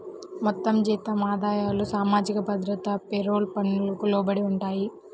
మొత్తం జీతం ఆదాయాలు సామాజిక భద్రత పేరోల్ పన్నుకు లోబడి ఉంటాయి